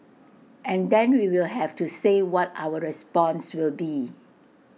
and then we'll have to say what our response will be